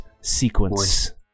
sequence